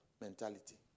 mentality